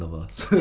us.